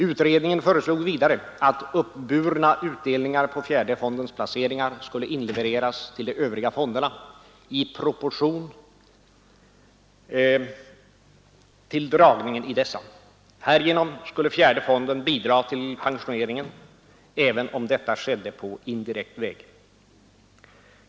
Utredningen föreslog vidare att uppburna utdelningar på fjärde fondens placeringar skulle inlevereras till de övriga fonderna i proportion till dragningen i dessa. Härigenom skulle fjärde fonden bidra till pensioneringen, även om detta skedde på indirekt väg.